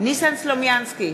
ניסן סלומינסקי,